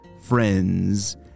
friends